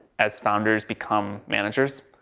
as founders become managers.